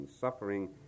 suffering